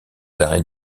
arrêts